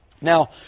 Now